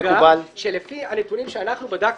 שלפי הנתונים שאנחנו בדקנו,